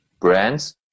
brands